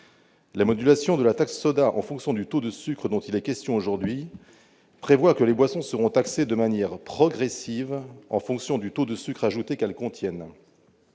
La modulation de la taxe soda en fonction du taux de sucre dont il est question aujourd'hui prévoit que les boissons seront taxées de manière progressive en fonction du taux de sucre ajouté qu'elles contiennent.